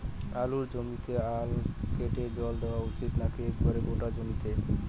আলুর জমিতে আল কেটে জল দেওয়া উচিৎ নাকি একেবারে গোটা জমিতে?